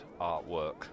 artwork